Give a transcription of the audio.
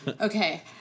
Okay